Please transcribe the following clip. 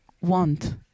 want